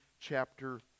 chapter